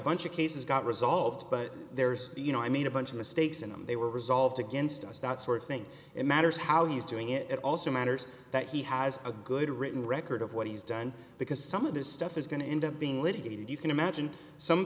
bunch of cases got resolved but there's you know i made a bunch of mistakes and they were resolved against us that sort of thing it matters how he's doing it also matters that he has a good written record of what he's done because some of this stuff is going to end up being litigated you can imagine some